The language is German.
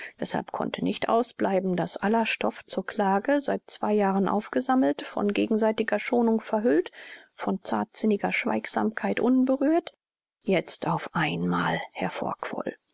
deßhalb konnte nicht ausbleiben daß aller stoff zur klage seit zwei jahren aufgesammelt von gegenseitiger schonung verhüllt von zartsinniger schweigsamkeit unberührt jetzt auf einmal